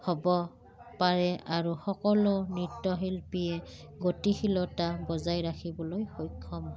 হ'ব পাৰে আৰু সকলো নৃত্যশিল্পীয়ে গতিশীলতা বজাই ৰাখিবলৈ সক্ষম হয়